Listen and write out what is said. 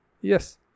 Yes